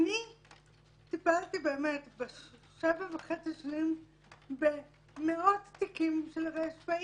טיפלתי שבע שנים וחצי במאות תיקים של ר.פ,